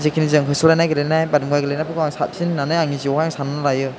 जिखिनि जों होसोलायनाय गेलेनाय बादुंगा गेलेनायफोरखौ आं साबसिन होननानै आंनि जिउआवहाय साननानै लायो